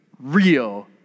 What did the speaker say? Real